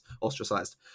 ostracized